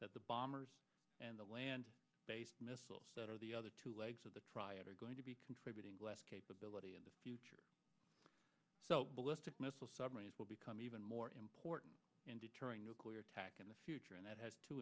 that the bombers and the land based missiles that are the other two legs of the triad are going to be contributing less capability in the future so ballistic missile submarines will become even more important in deterring nuclear attack in the future and that has to